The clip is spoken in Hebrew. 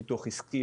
אנשי פיתוח עסקי,